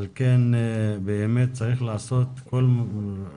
לכן צריך לעשות